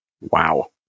Wow